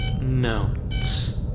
notes